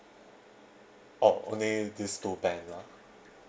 oh only this two bank ah